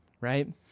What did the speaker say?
right